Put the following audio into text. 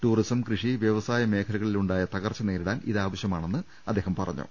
tourism കൃഷി വ്യവ സായ മേഖലയിലുണ്ടായ തകർച്ച നേരിടാൻ ഇത് ആവശ്യ മാണെന്ന് മന്ത്രി പറഞ്ഞു